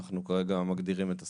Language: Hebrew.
אנחנו כרגע מגדירים את הסמכות.